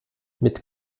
mit